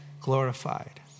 glorified